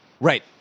Right